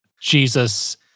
Jesus